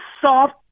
soft